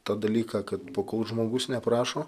tą dalyką kad po kol žmogus neprašo